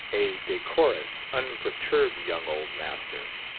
a decorous, unperturbed young old-master.